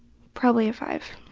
probably a five.